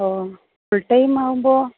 ഓഹ് full time ആവുമ്പോൾ